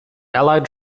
allied